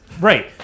right